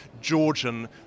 Georgian